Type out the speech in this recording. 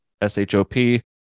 S-H-O-P